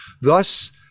Thus